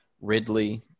Ridley